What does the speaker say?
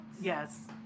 Yes